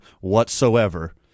whatsoever